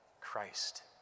Christ